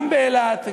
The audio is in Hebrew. גם באילת,